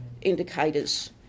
indicators